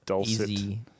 easy